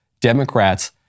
Democrats